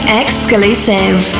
exclusive